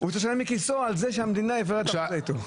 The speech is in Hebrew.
הוא צריך לשלם מכיסו על זה שהמדינה הפרה את החוזה איתו.